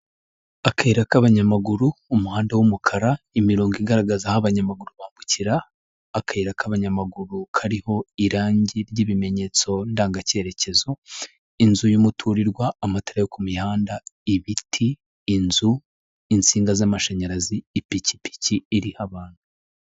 Akayira k'abanyamaguru, umuhanda w'umukara, imirongo igaragaza aho abanyamaguru bambukira, akayira k'abanyamaguru kariho irangi ry'ibimenyetso ndanga cyeyerekezo, inzu y'umuturirwa, amatara yo ku mihanda, ibiti, inzu insinga z'amashanyarazi, ipikipiki iriho abantu.